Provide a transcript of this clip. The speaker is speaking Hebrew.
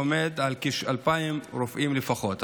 עומד על כ-2,000 רופאים לפחות.